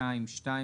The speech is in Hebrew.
62(2),